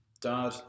Dad